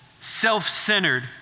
self-centered